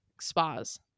spas